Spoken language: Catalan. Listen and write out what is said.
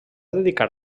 dedicar